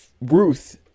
Ruth